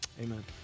Amen